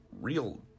real